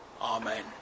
Amen